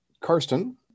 Karsten